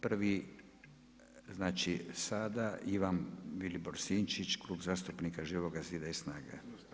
Prvi znači sada, Ivan Vilibor Sinčić, Klub zastupnika Živoga zida i SNAGA-e.